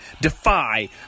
Defy